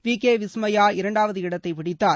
we K Vismaya இரண்டாவது இடத்தை பிடித்தார்